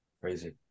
crazy